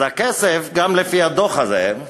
אז הכסף, גם לפי הדוח הזה,